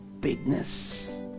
bigness